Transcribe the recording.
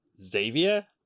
Xavier